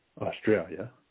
Australia